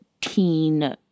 teen